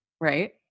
Right